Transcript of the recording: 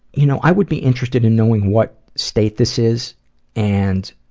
you know, i would be interested in knowing what state this is and